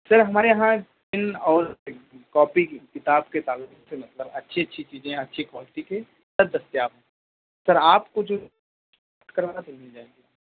سر ہمارے یہاں پن اور کاپی کتاب کے تعلق سے مطلب اچھی اچھی چیزیں اچھی کوالیٹی کے سب دستیاب ہیں سر آپ کو جو مل جائے گی